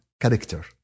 character